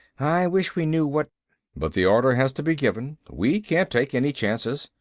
i wish we knew what but the order has to be given. we can't take any chances.